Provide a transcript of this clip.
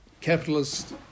capitalist